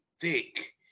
thick